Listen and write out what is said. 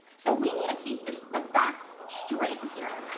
so, we need to keep the facts straight here.